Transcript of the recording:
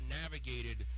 navigated